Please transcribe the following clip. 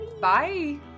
Bye